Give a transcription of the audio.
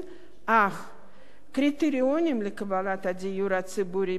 אך הקריטריונים לקבלת הדיור הציבורי במשרד